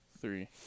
three